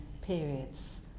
periods